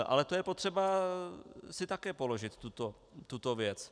Ale to je potřeba si také položit tuto věc.